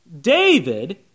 David